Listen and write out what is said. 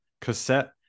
cassette